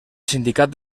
sindicat